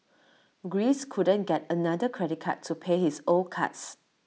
Greece couldn't get another credit card to pay his old cards